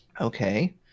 Okay